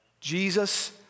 Jesus